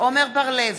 עמר בר-לב,